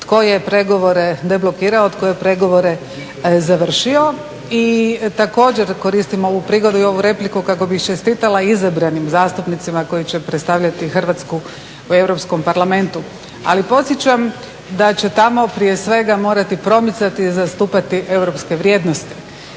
tko je pregovore deblokirao, tko je pregovore završio. I također koristim ovu prigodu i ovu repliku kako bih čestitala izabranim zastupnicima koji će predstavljati Hrvatsku u Europskom parlamentu. Ali podsjećam da će tamo prije svega morati promicati i zastupati europske vrijednosti.